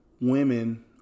women